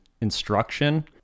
instruction